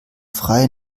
frei